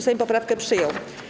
Sejm poprawkę przyjął.